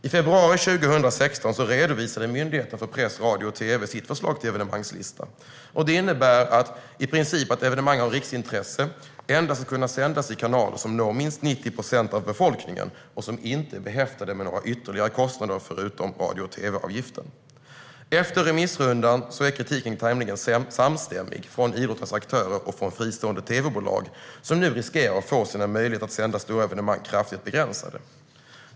I februari 2016 redovisade Myndigheten för press, radio och tv sitt förslag till evenemangslista. Det innebär i princip att evenemang av riksintresse endast ska kunna sändas i kanaler som når minst 90 procent av befolkningen och som inte är behäftade med några ytterligare kostnader förutom radio och tv-avgiften. Efter remissrundan är kritiken tämligen samstämmig från idrottens aktörer och från fristående tv-bolag som nu riskerar att få sina möjligheter att sända stora evenemang kraftigt begränsade.